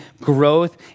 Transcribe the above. growth